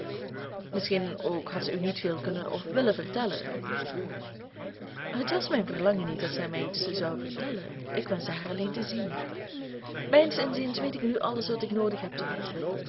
misschien ook had ze u niet veel kunnen of willen vertellen het was mijn verlangen niet dat zij mij iets zou vertellen ik wenschte haar alleen te zien mijns inziens weet ik nu alles wat ik noodig heb te weten